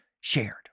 shared